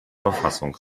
verfassung